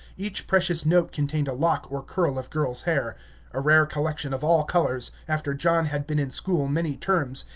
each precious note contained a lock or curl of girl's hair a rare collection of all colors, after john had been in school many terms,